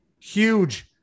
huge